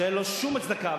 שאין לו שום הצדקה.